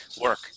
work